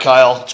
Kyle